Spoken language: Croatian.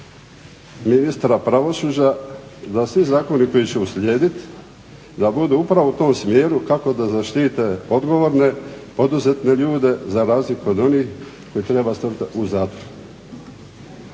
ministra pravosuđa da svi zakoni koji će uslijedit da budu upravo u tom smjeru kako da zaštite odgovorne, poduzetne ljude za razliku od onih koje treba strpat u zatvor.